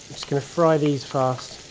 just going to fry these fast,